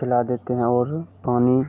पिला देते हैं और पानी